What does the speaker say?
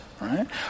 right